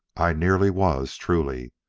i nearly was, truly.